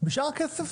בשאר הכסף